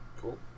cool